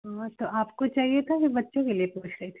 और तो आपको चाहिए था कि बच्चों के लिए पूछ रही थी